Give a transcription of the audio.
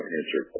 answer